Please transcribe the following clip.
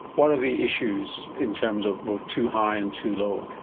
what are the issues in terms of both too high and too low?